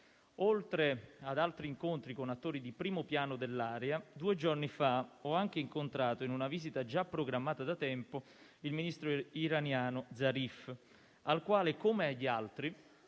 Oltre ad altri incontri con attori di primo piano dell'area, due giorni fa ho anche incontrato, in una visita già programmata da tempo, il ministro iraniano Zarif, al quale, come agli altri,